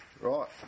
Right